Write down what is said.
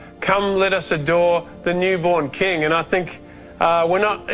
come let us adore the newborn king and i think we're not,